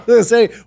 say